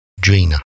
Drina